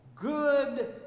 good